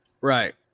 Right